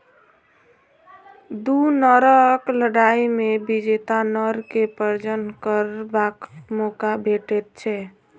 दू नरक लड़ाइ मे विजेता नर के प्रजनन करबाक मौका भेटैत छै